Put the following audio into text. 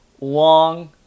long